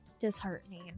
disheartening